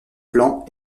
plan